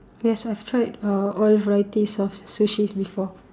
yes I tried uh all varieties of sushis before